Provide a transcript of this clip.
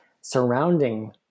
surrounding